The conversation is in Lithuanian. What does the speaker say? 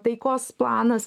taikos planas